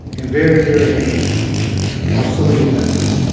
and very, very angry about so many things.